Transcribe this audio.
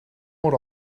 more